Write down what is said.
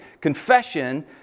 confession